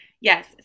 yes